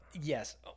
Yes